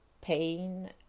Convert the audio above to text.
pain